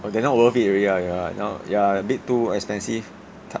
then not worth it already ah ya now ya a bit too expensive 它